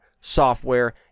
software